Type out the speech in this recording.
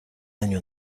año